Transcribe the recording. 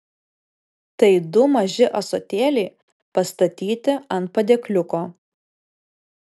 tai du maži ąsotėliai pastatyti ant padėkliuko